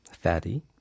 fatty